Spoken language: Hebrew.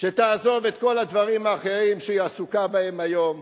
שתעזוב את כל הדברים האחרים שהיא עסוקה בהם היום,